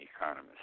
economists